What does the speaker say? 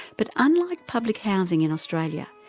but unlike public housing in australia,